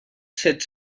set